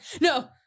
no